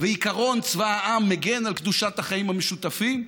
והעיקרון שצבא העם מגן על קדושת החיים המשותפים.